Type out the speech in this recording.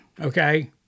okay